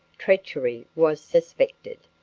treachery was suspected,